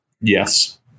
Yes